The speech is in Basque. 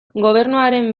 gobernuaren